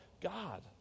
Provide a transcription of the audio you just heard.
God